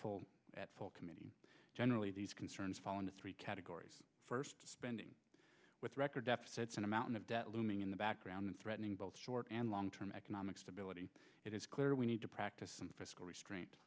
full committee generally these concerns fall into three categories first spending with record deficits and a mountain of debt looming in the background threatening both short and long term economic stability it is clear we need to practice some fiscal restraint